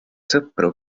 sõpru